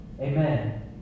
Amen